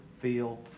feel